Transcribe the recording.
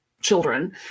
children